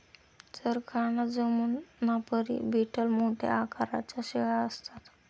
जरखाना जमुनापरी बीटल मोठ्या आकाराच्या शेळ्या असतात